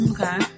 Okay